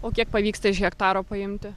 o kiek pavyksta iš hektaro paimti